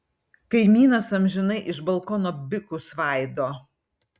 kaimynas amžinai iš balkono bikus svaido